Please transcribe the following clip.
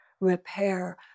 repair